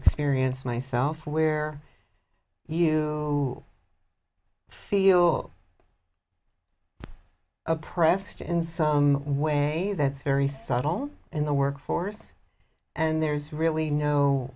experience myself where you feel oppressed in some way that's very subtle in the workforce and there's really no